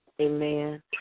Amen